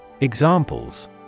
Examples